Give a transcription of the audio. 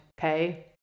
Okay